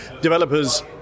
developers